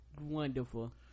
Wonderful